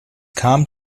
kam